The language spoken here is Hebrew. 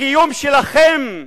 הקיום שלכם,